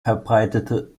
verbreitete